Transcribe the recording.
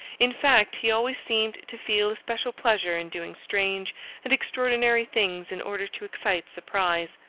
in fact, he always seemed to feel a special pleasure in doing strange and extraordinary things in order to excite surprise.